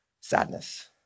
sadness